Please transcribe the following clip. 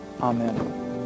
Amen